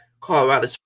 Colorado